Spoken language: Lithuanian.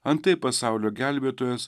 antai pasaulio gelbėtojas